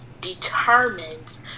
determines